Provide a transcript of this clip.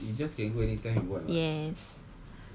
yes yes